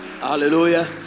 Hallelujah